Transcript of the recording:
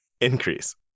increase